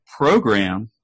program